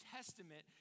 Testament